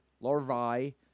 larvae